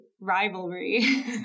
rivalry